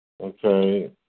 Okay